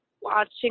watching